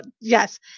yes